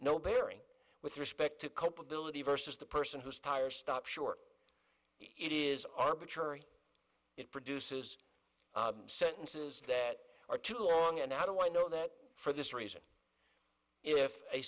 no bearing with respect to culpability versus the person who's tires stop short it is arbitrary it produces sentences that are too long and how do i know that for this reason if a